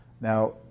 Now